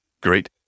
great